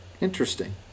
interesting